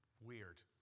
weird